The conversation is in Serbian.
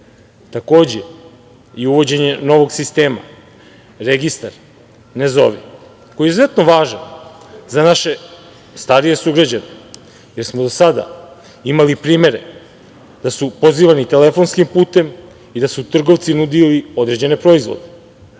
Takođe, i uvođenje novog sistema, registar „ne zovi“, koji je izuzetno važan za naše starije sugrađane, jer smo do sada imali primere da su pozivani telefonskim putem i da su trgovci nudili određene proizvode.